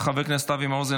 חבר הכנסת אבי מעוז,